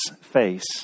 face